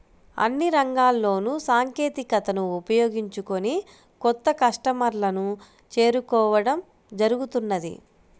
అన్ని రంగాల్లోనూ సాంకేతికతను ఉపయోగించుకొని కొత్త కస్టమర్లను చేరుకోవడం జరుగుతున్నది